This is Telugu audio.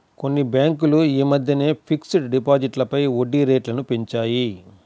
కొన్ని బ్యేంకులు యీ మద్దెనే ఫిక్స్డ్ డిపాజిట్లపై వడ్డీరేట్లను పెంచాయి